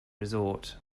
resort